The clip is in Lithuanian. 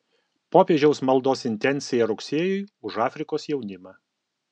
popiežiaus maldos intencija rugsėjui už afrikos jaunimą